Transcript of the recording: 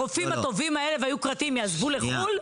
הרופאים הטובים האלה והיוקרתיים יעזבו לחול?